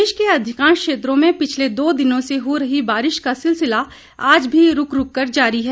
प्रदेश के अधिकांश क्षेंत्रों में पिछले दो दिनों से हो रही बारिश का सिलसिला आज भी रूक रूक कर जारी है